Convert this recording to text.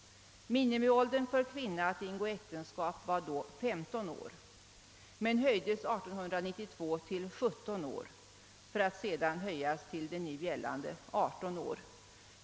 Minimiåldern för kvinnan att ingå äktenskap var då 15 år men höjdes 1892 till 17 år för att sedan höjas ytterligare till nu gällande 18 år.